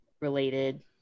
related